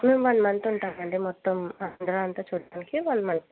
మేము one month ఉంటాం అండి మొత్తం ఆంధ్రా అంత చూడడానికి వన్ మంత్